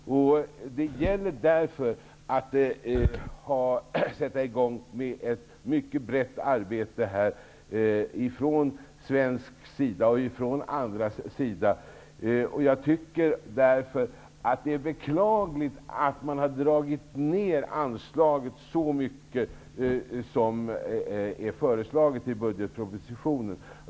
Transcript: Det gäller därför att sätta i gång med ett mycket brett arbete från svensk och andras sida. Jag tycker därför att det är beklagligt att dra ner anslaget så mycket som är föreslaget i budgetpropositionen.